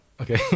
Okay